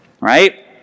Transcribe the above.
Right